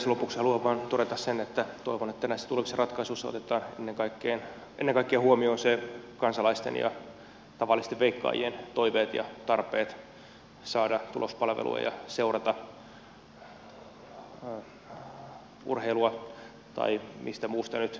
lopuksi haluan vain todeta sen että toivon että näissä tulevissa ratkaisuissa otetaan ennen kaikkea huomioon kansalaisten ja tavallisten veikkaajien toiveet ja tarpeet saada tulospalvelua ja seurata urheilua tai mistä muusta nyt veikkauksessa onkaan kysymys